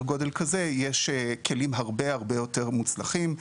גודל כזה יש כלים הרבה הרבה יותר מוצלחים.